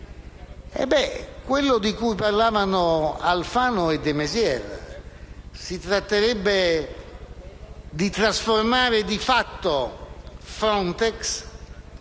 quello di cui parlavano Alfano e de Maizière: si tratterebbe di trasformare di fatto Frontex